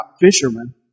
fishermen